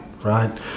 right